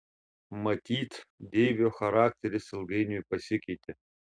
matyt deivio charakteris ilgainiui pasikeitė